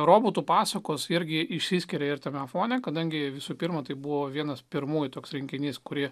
robotų pasakos irgi išsiskiria ir tame fone kadangi visų pirma tai buvo vienas pirmųjų toks rinkinys kurį